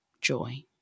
joy